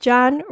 John